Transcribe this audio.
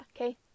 okay